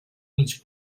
mig